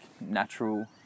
natural